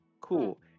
cool